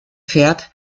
fährt